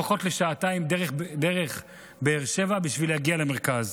לפחות לשעתיים, דרך באר שבע, בשביל להגיע למרכז.